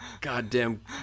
Goddamn